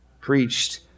preached